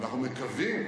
אנחנו מקווים,